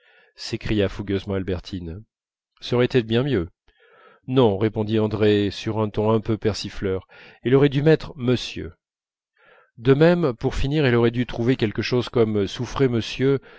s'écria fougueusement albertine ç'aurait été bien mieux non répondit andrée sur un ton un peu persifleur elle aurait dû mettre monsieur de même pour finir elle aurait dû trouver quelque chose comme souffrez monsieur